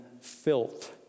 filth